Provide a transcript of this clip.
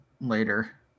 later